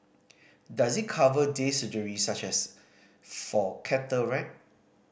does it cover day surgery such as for cataract